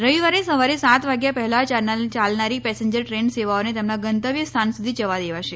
રવિવારે સવારે સાત વાગ્યા પહેલા ચાલનારી પેસેન્જર દ્રેન સેવાઓને તેમના ગંતવ્ય સ્થાન સુધી જવા દેવાશે